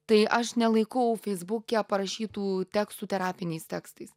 tai aš nelaikau feisbuke parašytų tekstų terapiniais tekstais